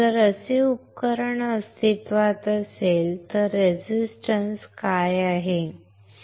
जर असे उपकरण अस्तित्वात असेल तर रेझिस्टन्स काय आहे